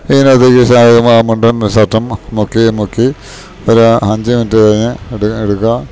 ഇതിനത്തേക്ക് സാരി മുണ്ടും ഷർട്ടും മുക്കി മുക്കി ഒരഞ്ച് മിനിറ്റ് കഴിഞ്ഞ് എടു എടുക്കാ